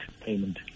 payment